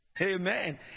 Amen